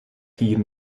hier